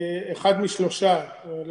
אחד משלושה.